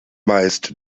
meist